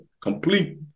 complete